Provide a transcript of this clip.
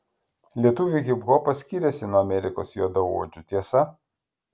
lietuvių hiphopas skiriasi nuo amerikos juodaodžių tiesa